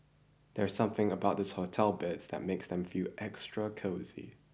there's something about hotel beds that makes them extra cosy